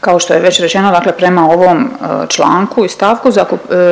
Kao što je već rečeno dakle prema ovom članku i stavku,